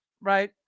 right